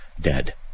dead